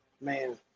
Man